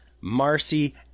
Marcy